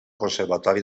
conservatori